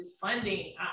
funding